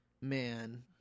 man